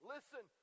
Listen